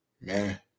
man